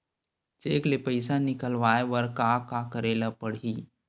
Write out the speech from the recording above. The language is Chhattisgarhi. चेक ले पईसा निकलवाय बर का का करे ल पड़हि?